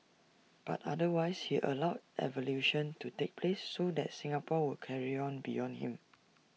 but otherwise he allowed evolution to take place so that Singapore would carry on beyond him